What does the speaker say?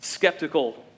Skeptical